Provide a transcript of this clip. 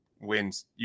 wins